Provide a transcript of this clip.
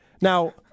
now